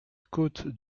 côte